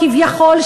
כביכול,